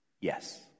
Yes